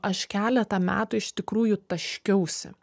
aš keletą metų iš tikrųjų taškiausi